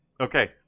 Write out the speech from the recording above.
okay